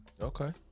Okay